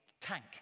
tank